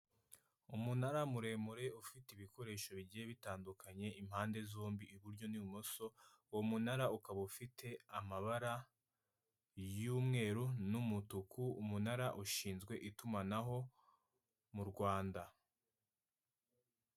Umunara muremure ufite ibikoresho bigiye bitandukanye, impande zombi iburyo n'ibumoso, uwo munara ukaba ufite amabara y'umweru n'umutuku, umunara ushinzwe itumanaho mu Rwanda.